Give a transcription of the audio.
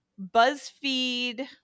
BuzzFeed